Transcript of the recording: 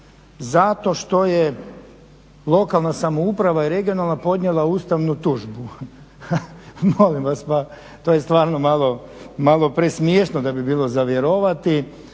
zato što je lokalna samouprava i regionalna podnijela ustavnu tužbu. Molim vas! Pa to je stvarno malo presmiješno da bi bilo za vjerovati.